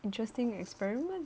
interesting experiment